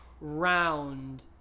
round